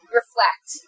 reflect